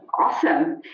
Awesome